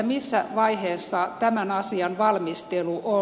missä vaiheessa tämän asian valmistelu on